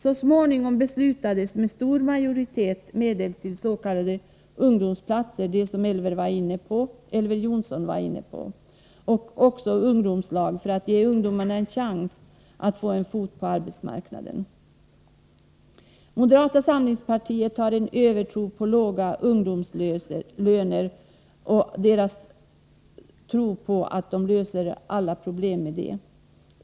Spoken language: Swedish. Så småningom beslutades med stor majoritet om medel till s.k. ungdomsplatser, det var Elver Jonsson inne på, och också ungdomslag för att ge ungdomar en chans att få in en fot på arbetsmarknaden. Moderata samlingspartiet har en övertro på att låga ungdomslöner löser alla problem.